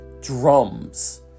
drums